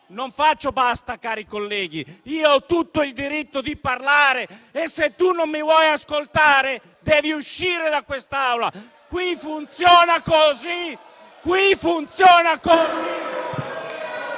non dite basta, cari colleghi, io ho tutto il diritto di parlare e se tu non mi vuoi ascoltare devi uscire da quest'Aula *(Commenti):* qui funziona così,